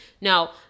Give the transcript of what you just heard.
now